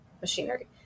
machinery